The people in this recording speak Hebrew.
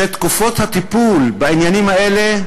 שתקופות הטיפול בעניינים האלה,